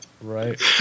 Right